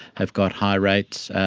have got high rates.